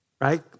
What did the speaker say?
right